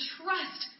trust